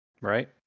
Right